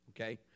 Okay